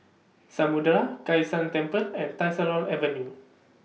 Samudera Kai San Temple and Tyersall Avenue